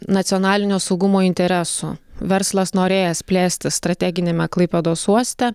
nacionalinio saugumo interesų verslas norėjęs plėstis strateginiame klaipėdos uoste